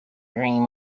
dream